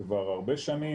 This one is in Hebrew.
כבר הרבה שנים,